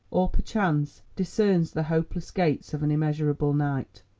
or perchance, discerns the hopeless gates of an immeasurable night.